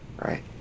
right